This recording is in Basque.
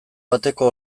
bateko